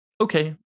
Okay